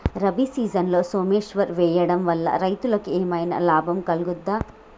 రబీ సీజన్లో సోమేశ్వర్ వేయడం వల్ల రైతులకు ఏమైనా లాభం కలుగుద్ద?